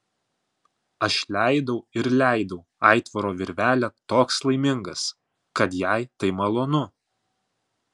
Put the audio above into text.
aš leidau ir leidau aitvaro virvelę toks laimingas kad jai tai malonu